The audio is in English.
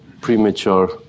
premature